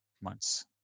months